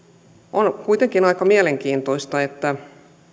on kuitenkin aika mielenkiintoista että